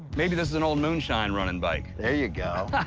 maybe this is an old moonshine running bike. there you go.